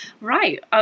Right